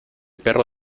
perro